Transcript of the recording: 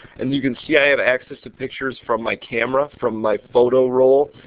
and you can see i have access to pictures from my camera, from my photo roll,